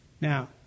Now